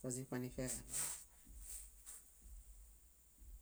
Foźiṗanifiaġaɭo